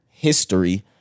history